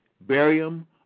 barium